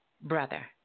brother